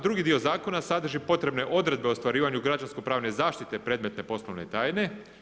Drugi dio zakona sadrži potrebne odredbe o ostvarivanju građansko pravne zaštite predmetne poslovne tajne.